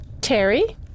Terry